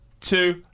two